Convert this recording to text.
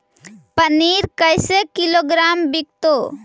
पनिर कैसे किलोग्राम विकतै?